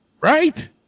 right